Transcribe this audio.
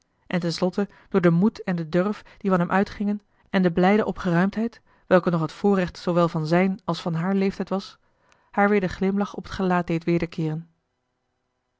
en ten slotte door den moed en den durf die van hem uitgingen en de blijde opgeruimdheid welke nog het voorrecht zoowel van zijn als van haar leeftijd was haar weer den glimlach op het gelaat deed wederkeeren